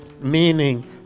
Meaning